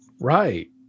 Right